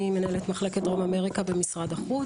אני מנהלת מחלקת דרום אמריקה במשרד החוץ.